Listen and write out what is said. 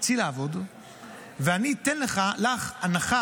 תצאי לעבוד ואני אתן לך הנחה,